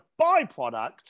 byproduct